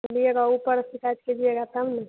बोलिएगा ऊपर से शिकायत कीजिएगा तब न